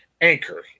Anchor